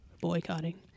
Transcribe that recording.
Boycotting